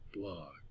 blog